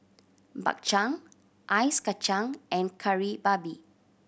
Bak Chang ice kacang and Kari Babi